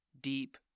Deep